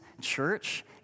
church